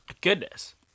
Goodness